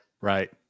right